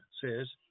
says